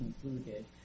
concluded